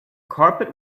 carpet